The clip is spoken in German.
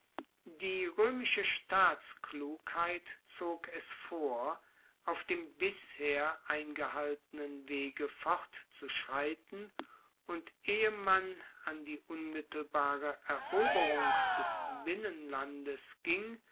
die roemische staatsklugheit zog es vor auf dem bisher eingehaltenen wege fortzuschreiten und ehe man an die unmittelbare eroberung des binnenlandes ging